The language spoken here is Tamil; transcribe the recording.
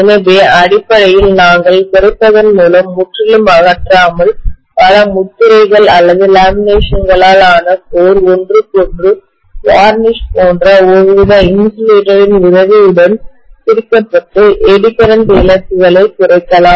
எனவே அடிப்படையில் நாங்கள் குறைப்பதன் மூலம் முற்றிலுமாக அகற்றாமல் பல முத்திரைகள் அல்லது லேமினேஷன்களால் ஆன கோர் ஒன்றுக்கொன்று வார்னிஷ் போன்ற ஒருவித இன்சுலேட்டரின் உதவியுடன் பிரிக்கப்பட்டு எடி கரண்ட் இழப்புகளை குறைக்கலாம்